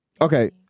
Okay